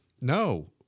No